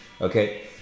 Okay